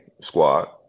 squad